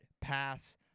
pass